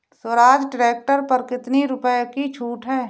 Swaraj tractor पर कितनी रुपये की छूट है?